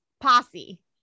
posse